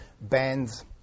Bands